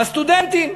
בסטודנטים.